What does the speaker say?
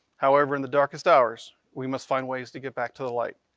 however, in the darkest hours, we must find ways to get back to the light,